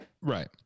Right